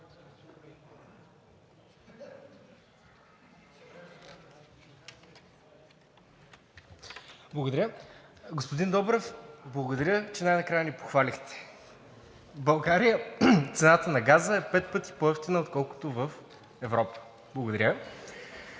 Благодаря. Господин Добрев, благодаря, че най-накрая ни похвалихте. В България цената на газа е пет пъти по-евтина, отколкото в Европа. Благодаря.